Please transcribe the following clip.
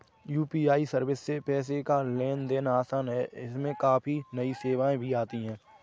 UPI service से पैसे का लेन देन आसान है इसमें काफी नई सेवाएं भी आती रहती हैं